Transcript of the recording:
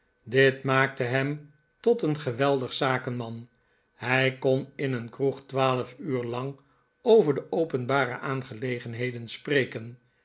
dit maakte hem tot een geweldig zakenman hij kon in een kroeg twaalf uur lang over de openbare aangelegenheden spreken